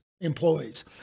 employees